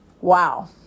wow